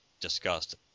discussed